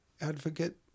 advocate